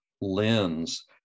lens